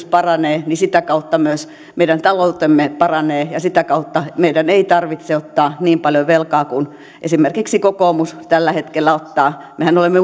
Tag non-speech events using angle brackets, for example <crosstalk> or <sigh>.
<unintelligible> paranee niin sitä kautta myös meidän taloutemme paranee ja sitä kautta meidän ei tarvitse ottaa niin paljon velkaa kuin esimerkiksi kokoomus tällä hetkellä ottaa mehän olemme <unintelligible>